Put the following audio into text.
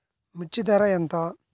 మిర్చి ధర ఎంత?